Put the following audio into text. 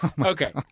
Okay